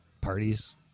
parties